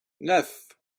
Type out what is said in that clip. neuf